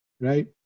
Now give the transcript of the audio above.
right